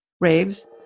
raves